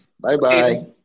Bye-bye